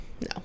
No